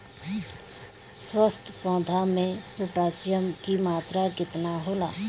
स्वस्थ पौधा मे पोटासियम कि मात्रा कितना होला?